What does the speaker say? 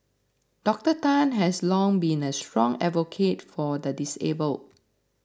Doctor Tan has long been a strong advocate for the disabled